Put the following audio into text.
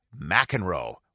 McEnroe